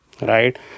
Right